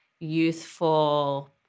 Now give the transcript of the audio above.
youthful